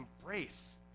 embrace